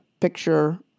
picture